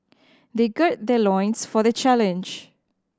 they gird their loins for the challenge